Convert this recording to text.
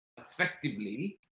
effectively